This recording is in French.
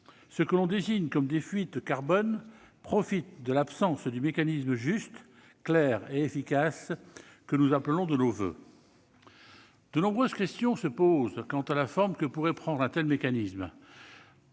de carbone, comme on les appelle, profitent de l'absence du mécanisme juste, clair et efficace que nous appelons de nos voeux. De nombreuses questions se posent quant à la forme que pourrait prendre un tel mécanisme.